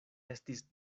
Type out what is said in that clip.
estis